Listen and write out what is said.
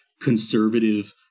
conservative